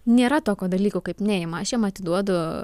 nėra tokio dalyko kaip neima aš jiem atiduodu